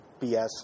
BS